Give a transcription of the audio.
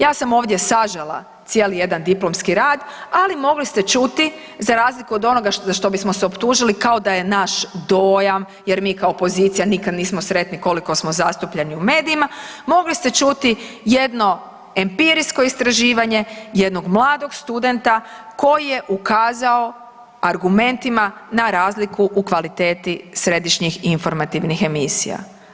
Ja sam ovdje sažela cijeli jedan diplomski rad, ali mogli ste čuti, za razliku od onoga za što bismo se optužili kao da je naš dojam, jer mi kao opozicija nikad nismo sretni koliko smo zastupljeni u medijima, mogli ste čuti jedno empirijsko istraživanje jednog mladog studenta koji je ukazao argumentima na razliku u kvaliteti središnjih informativnih emisija.